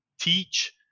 teach